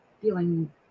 feeling